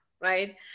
right